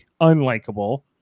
unlikable